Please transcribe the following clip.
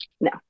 no